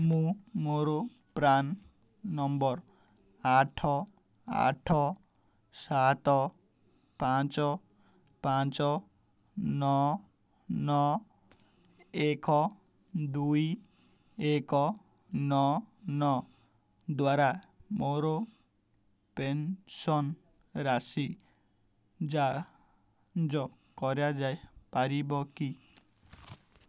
ମୁଁ ମୋର PRAN number ଆଠ ଆଠ ସାତ ପାଞ୍ଚ ପାଞ୍ଚ ନଅ ନଅ ଏକ ଦୁଇ ଏକ ନଅ ନଅ ଦ୍ଵାରା ମୋର ପେନ୍ସନ୍ ରାଶି ଯାଞ୍ଚ କରିପାରିବି କି